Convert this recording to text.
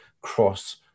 cross